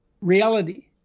reality